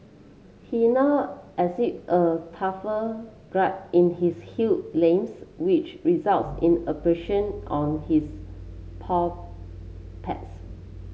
he now a in his heal limbs which results in abrasion on his paw pads